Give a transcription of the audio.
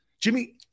Jimmy